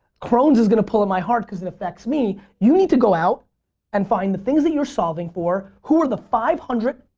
crohn's is going to pull in my heart because it affects me. you need to go out and find the things that you're solving for, who are the five hundred,